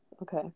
Okay